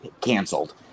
Canceled